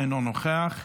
אינו נוכח,